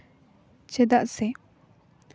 ᱪᱮᱫᱟᱜ ᱥᱮ